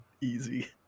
Easy